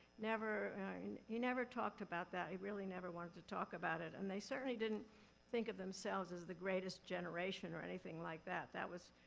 he never talked about that. he really never wanted to talk about it. and they certainly didn't think of themselves as the greatest generation or anything like that. that was,